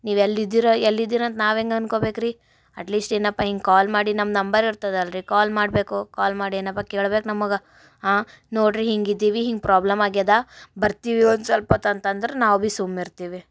ನೀವೆಲ್ಲಿದ್ದೀರಾ ಎಲ್ಲಿದೀರಾಂತ ನಾವು ಹೆಂಗ್ ಅಂದ್ಕೊಬೇಕ್ರಿ ಅಟ್ ಲೀಸ್ಟ್ ಏನಪ್ಪ ಹಿಂಗೆ ಕಾಲ್ ಮಾಡಿ ನಮ್ಮ ನಂಬರ್ ಇರ್ತದಲ್ಲ ರಿ ಕಾಲ್ ಮಾಡಬೇಕು ಕಾಲ್ ಮಾಡಿ ಏನಪ್ಪ ಕೇಳ್ಬೇಕು ನಮಗೆ ಆಂ ನೋಡಿರಿ ಹೀಗಿದಿವಿ ಹಿಂಗೆ ಪ್ರಾಬ್ಲಮ್ ಆಗ್ಯದೆ ಬರ್ತೀವಿ ಒಂದು ಸಲ್ಪ ಹೊತ್ ಅಂತ ಅಂದ್ರೆ ನಾವು ಭಿ ಸುಮ್ನಿರ್ತೀವಿ